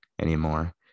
anymore